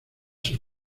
sus